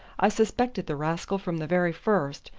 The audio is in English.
i suspected the rascal from the very first,